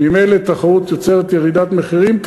ממילא תחרות יוצרת ירידת מחירים,